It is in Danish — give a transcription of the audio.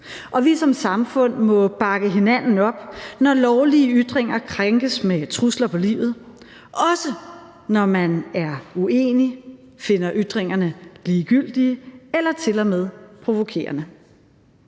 Og vi som samfund må bakke hinanden op, når dem, der kommer med lovlige ytringer, krænkes med trusler på livet, også når man er uenig eller finder ytringerne ligegyldige eller til og med provokerende.